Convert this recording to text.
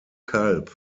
kalb